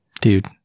Dude